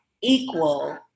equal